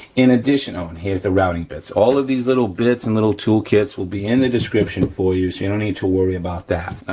in addition, oh and here's the routing bits, all of these little bits and little tool kits will be in the description for you so you don't need to worry about that.